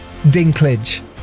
dinklage